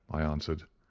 i answered.